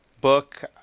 book